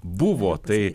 buvo tai